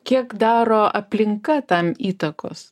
kiek daro aplinka tam įtakos